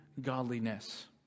godliness